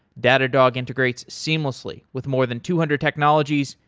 datadog integrates seamlessly with more than two hundred technologies,